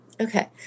Okay